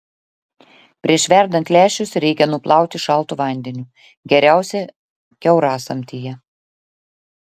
prieš verdant lęšius reikia nuplauti šaltu vandeniu geriausia kiaurasamtyje